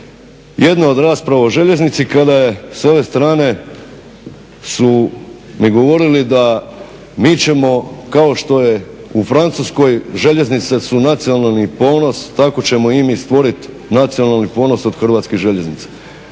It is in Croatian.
jedne od rasprava o željeznici kada je s ove strane su mi govorili da mi ćemo kao što je u Francuskoj željeznice su nacionalni ponos, tako ćemo i mi stvoriti nacionalni ponos od hrvatskih željeznica.